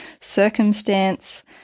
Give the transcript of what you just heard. circumstance